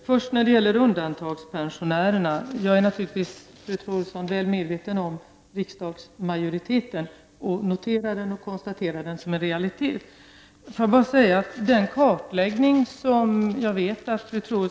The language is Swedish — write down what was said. Herr talman! Jag är naturligtvis medveten om riksdagsmajoriteten när det gäller undantagspensionärerna — jag noterar den som en realitet.